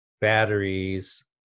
batteries